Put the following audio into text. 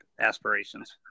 aspirations